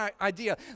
idea